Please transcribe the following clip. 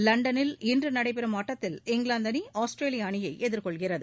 லண்டனில் இன்று நடைபெறும் ஆட்டத்தில் இங்கிலாந்து அணி ஆஸ்திரேலிய அணியை எதிர்கொள்கிறது